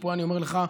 ופה אני אומר לך,